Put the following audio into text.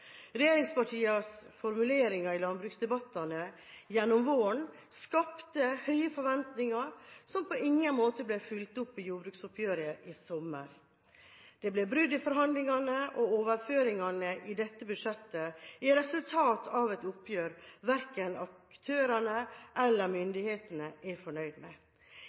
Regjeringspartienes formuleringer i landbruksdebattene gjennom våren skapte høye forventninger, som på ingen måte ble fulgt opp ved jordbruksoppgjøret i sommer. Det ble brudd i forhandlingene, og overføringene i dette budsjettet er resultatet av et oppgjør verken aktørene eller myndighetene er fornøyde med,